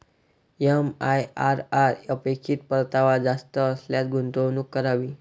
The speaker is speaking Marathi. एम.आई.आर.आर अपेक्षित परतावा जास्त असल्यास गुंतवणूक करावी